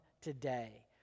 today